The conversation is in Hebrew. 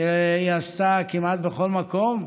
שהיא עשתה כמעט בכל מקום.